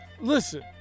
Listen